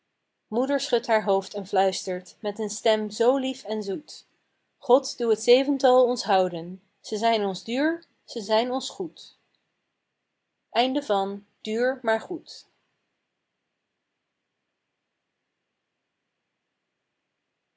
moeder schudt haar hoofd en fluistert met een stem zoo lief en zoet god doe t zevental ons houden zijn ze ons duur ze zijn ons goed